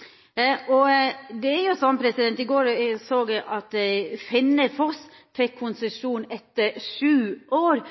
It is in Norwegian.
I går såg eg at Fennefoss fekk konsesjon etter sju år.